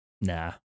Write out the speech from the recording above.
Nah